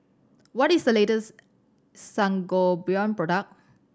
what is the latest Sangobion product